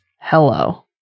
Hello